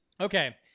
Okay